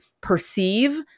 perceive